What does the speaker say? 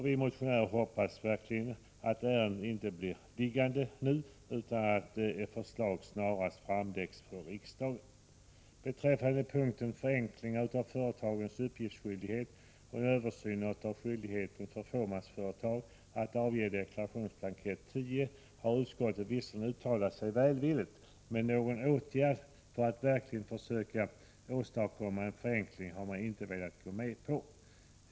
Vi motionärer hoppas verkligen att ärendet inte blir liggande, utan att förslag snarast presenteras för riksdagen. Beträffande punkten begränsningar av företagens uppgiftsskyldighet och en översyn av skyldigheten för fåmansföretagare att avge deklarationsblankett 10 har utskottet visserligen uttalat sig välvilligt, men någon åtgärd för att verkligen försöka åstadkomma förenklingar har man inte velat gå med på.